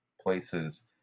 places